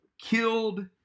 killed